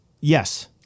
Yes